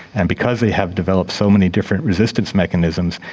and because they have developed so many different resistance mechanisms,